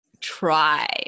try